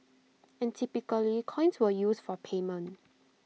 and typically coins were used for payment